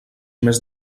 més